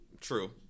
True